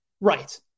Right